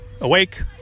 awake